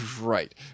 Right